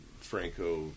Franco